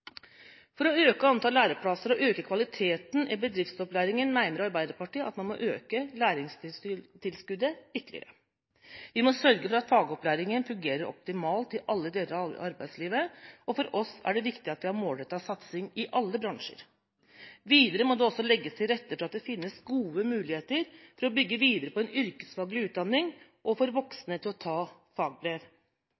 For å øke antallet læreplasser og kvaliteten i bedriftsopplæringen mener Arbeiderpartiet at man må øke læringtilskuddet ytterligere. Vi må sørge for at fagopplæringen fungerer optimalt i alle deler av arbeidslivet, og for oss er det viktig at vi har en målrettet satsing i alle bransjer. Videre må det legges til rette for at det finnes gode muligheter for å bygge videre på en yrkesfaglig utdanning og for voksne til å ta fagbrev.